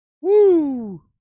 Woo